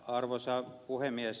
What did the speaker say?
arvoisa puhemies